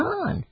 on